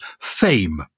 Fame